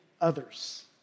others